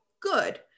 good